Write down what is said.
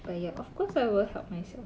but ya of course I will help myself